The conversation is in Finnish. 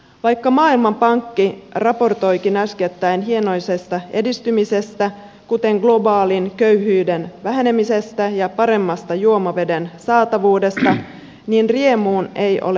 vaikka maailmanpankki raportoikin äskettäin hienoisesta edistymisestä kuten globaalin köyhyyden vähenemisestä ja paremmasta juomaveden saatavuudesta niin riemuun ei ole syytä